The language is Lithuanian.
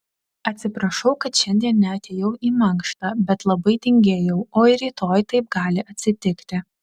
atsiprašau kad šiandien neatėjau į mankštą bet labai tingėjau o ir rytoj taip gali atsitikti